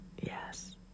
yes